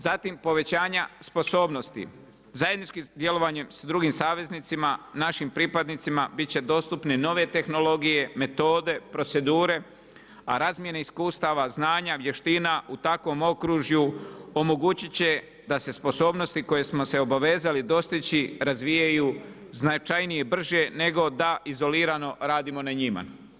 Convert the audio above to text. Zatim povećanja sposobnosti zajedničkim djelovanjem sa drugim saveznicima, našim pripadnicima bit će dostupne nove tehnologije, metode, procedure, a razmjene iskustava, znanja, vještina u takvom okružju omogućit će da se sposobnosti koje smo se obavezali dostići razvijaju značajnije, brže nego da izolirano radimo na njima.